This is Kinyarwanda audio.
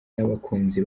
n’abakunzi